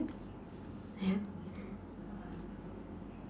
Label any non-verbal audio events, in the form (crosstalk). (laughs)